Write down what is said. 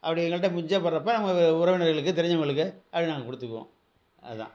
அப்படி எங்கள்கிட்ட மிச்சப்படுறப்ப அவங்க உறவினர்களுக்கு தெரிஞ்சவங்களுக்கு அப்படி நாங்கள் கொடுத்துக்குவோம் அது தான்